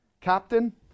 Captain